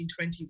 1920s